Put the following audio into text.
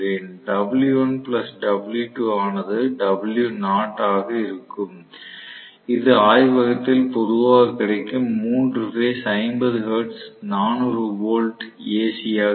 W1 W2 ஆனது W0 ஆக இருக்கும் இது ஆய்வகத்தில் பொதுவாகக் கிடைக்கும் 3 பேஸ் 50 ஹெர்ட்ஸ் 400 வோல்ட் AC ஆக இருக்கும்